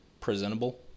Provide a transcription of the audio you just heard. presentable